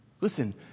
Listen